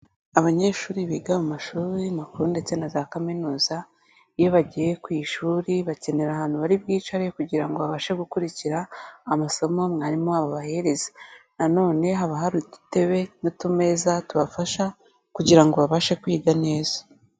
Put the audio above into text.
Abanyeshuri biga mu mashuri makuru ndetse na za kaminuza, iyo bagiye ku ishuri bakenera ahantu bari bwicare, kugira ngo babashe gukurikira amasomo mwarimu wabo abahereza, na none haba hari udutebe n'utumeza tubafasha kugira ngo babashe kwiga neza.